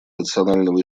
рационального